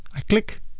i click